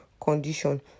condition